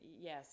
yes